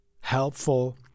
helpful